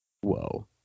Whoa